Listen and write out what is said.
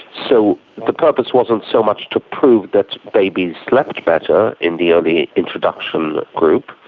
so the purpose wasn't so much to prove that babies slept better in the early introduction group,